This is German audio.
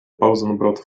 pausenbrot